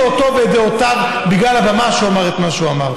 אותו ואת דעותיו בגלל הבמה שעליה הוא אמר את מה שהוא אמר.